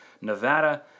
nevada